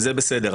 וזה בסדר.